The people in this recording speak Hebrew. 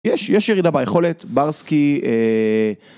יש, יש ירידה ביכולת, ברסקי.